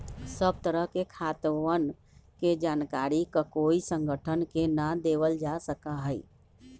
सब तरह के खातवन के जानकारी ककोई संगठन के ना देवल जा सका हई